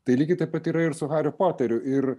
tai lygiai taip pat yra ir su hariu poteriu ir